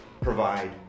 provide